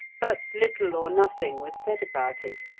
but little or nothing was said about it,